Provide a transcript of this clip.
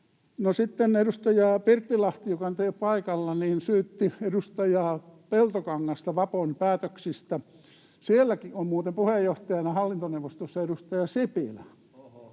ole paikalla — syytti edustaja Peltokangasta Vapon päätöksistä. Sielläkin on muuten puheenjohtajana hallintoneuvostossa edustaja Sipilä.